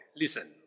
listen